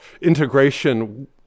integration